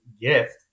gift